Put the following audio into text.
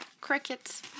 crickets